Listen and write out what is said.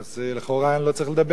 אז לכאורה אני לא צריך לדבר,